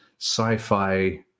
sci-fi